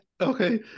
Okay